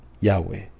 Yahweh